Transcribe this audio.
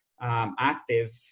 Active